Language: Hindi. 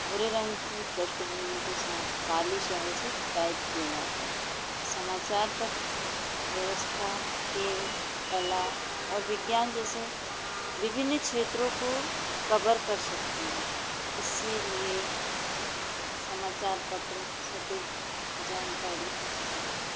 भूरे रंग की प्रष्टभूमि के साथ काली स्याही से टाइप किया जाता है समाचार पत्र व्यवस्था खेल कला और विज्ञान जैसे विभिन्न क्षेत्रों को कवर कर सकते हैं इसीलिए समाचार पत्र सटीक जानकारी